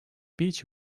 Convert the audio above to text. beech